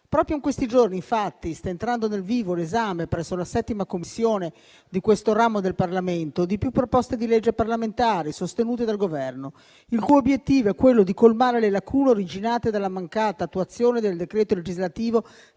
Proprio in questi giorni, infatti, sta entrando nel vivo l'esame presso la 7a Commissione di questo ramo del Parlamento di più proposte di legge parlamentare sostenute dal Governo, il cui obiettivo è quello di colmare le lacune originate dalla mancata attuazione del decreto legislativo